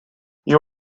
you